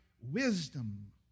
wisdom